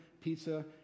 pizza